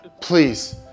Please